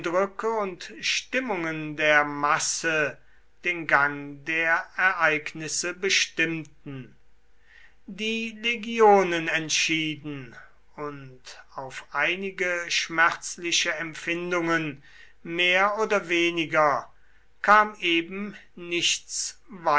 und stimmungen der masse den gang der ereignisse bestimmten die legionen entschieden und auf einige schmerzliche empfindungen mehr oder weniger kam eben nichts